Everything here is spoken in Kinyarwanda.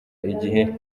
igihe